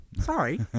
sorry